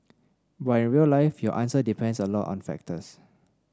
but in real life your answer depends on a lot of factors